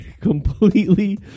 completely